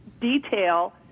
detail